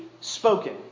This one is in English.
spoken